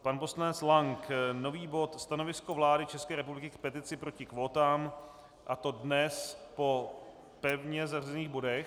Pan poslanec Lank nový bod Stanovisko vlády České republiky k petici proti kvótám, a to dnes po pevně zařazených bodech.